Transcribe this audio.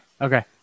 okay